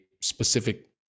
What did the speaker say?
specific